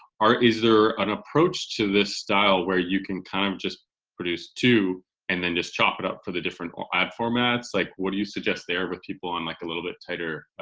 is there an approach to this style where you can kind of just produce two and then just chop it up for the different ah ad formats. like what do you suggest there with people on like a little bit tighter